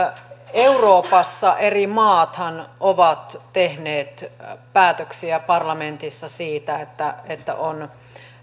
euroopassahan eri maat ovat tehneet päätöksiä parlamentissa siitä että että on